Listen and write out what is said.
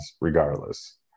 regardless